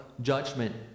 judgment